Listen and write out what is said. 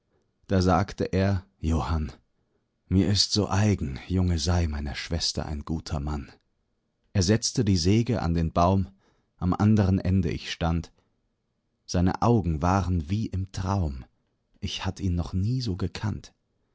da sagte er johann mir ist so eigen junge sei meiner schwester ein guter mann er setzte die säge an den baum am anderen ende ich stand seine augen waren wie im traum ich hatt ihn noch nie so gekannt